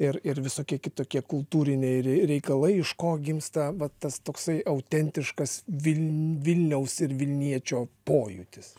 ir ir visokie kitokie kultūriniai ir reikalai iš ko gimsta vat tas toksai autentiškas viln vilniaus ir vilniečio pojūtis